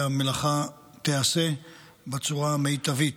והמלאכה תיעשה בצורה המיטבית.